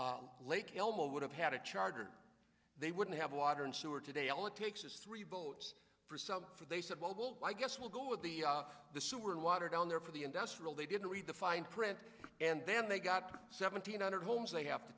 if lake elmo would have had a charter they wouldn't have water and sewer today all it takes is three votes for some for they said well i guess we'll go with the the sewer and water down there for the industrial they didn't read the fine print and then they got seventeen hundred homes they have to